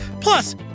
Plus